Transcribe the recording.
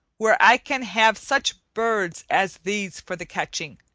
where i can have such birds as these for the catching.